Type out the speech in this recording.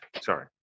Sorry